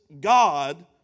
God